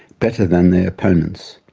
better than their opponents,